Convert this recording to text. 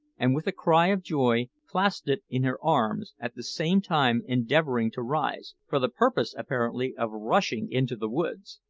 and with a cry of joy, clasped it in her arms, at the same time endeavouring to rise for the purpose, apparently, of rushing into the woods.